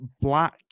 black